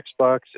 Xbox